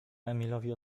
emilowi